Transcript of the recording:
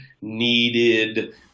needed